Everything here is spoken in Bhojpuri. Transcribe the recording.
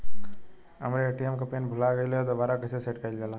हमरे ए.टी.एम क पिन भूला गईलह दुबारा कईसे सेट कइलजाला?